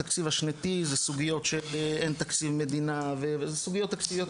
התקציב השנתי זה סוגיות שאין תקציב מדינה וזה סוגיות תקציביות,